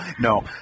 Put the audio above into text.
No